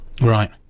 Right